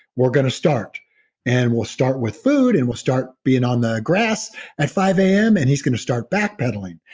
we're going to start and we'll start with food and we'll start being on the grass at five am. and he's going to start backpedaling.